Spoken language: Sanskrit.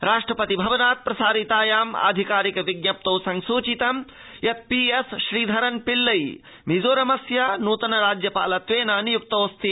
राष्ट्रपति भवनात् प्रसारितायाम् आधिकारिक विजप्तौ संसूचितं यत् पीएस्श्रीधरन् पिल्लई मिजोरमस्य न्तन राज्यपालत्वेन नियुक्तोऽस्ति